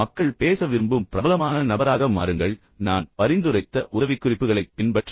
மக்கள் பேச விரும்பும் மிகவும் பிரபலமான நபராக மாறுங்கள் நான் பரிந்துரைத்த உதவிக்குறிப்புகளைப் பின்பற்றவும்